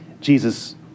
Jesus